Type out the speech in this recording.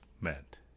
meant